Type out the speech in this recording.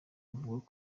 avuga